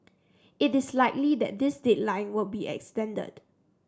it is likely that this deadline will be extended